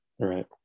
Right